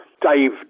Dave